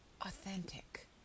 authentic